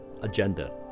Agenda